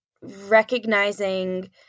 recognizing